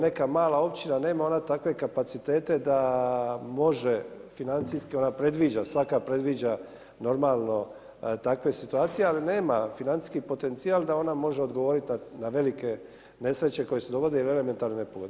Neka mala općina, nema ona takve kapacitete da može financijski, ona predviđa, svaka predviđa normalno takve situacije ali nema financijski potencijal da ona može odgovoriti na velike nesreće koje se dogode ili elementarne nepogode.